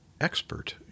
expert